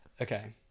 Okay